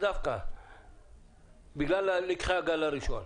דווקא מתוך לקחי הגל הראשון.